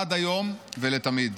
עד היום ולתמיד.